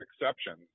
Exceptions